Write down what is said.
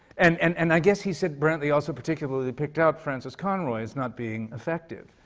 and and and i guess he said brantley also particularly picked out frances conroy as not being effective.